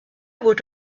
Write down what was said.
would